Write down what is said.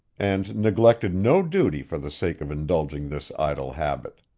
and neglected no duty for the sake of indulging this idle habit.